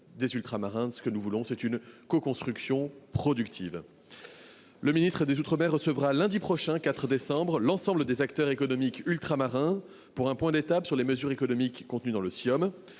des Ultramarins : ce que nous voulons, c’est une coconstruction productive. Le ministre chargé des outre mer recevra lundi 4 décembre l’ensemble des acteurs économiques ultramarins pour un point d’étape sur les mesures économiques prévues par le Ciom.